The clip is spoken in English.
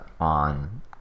on